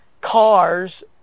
cars